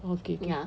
okay okay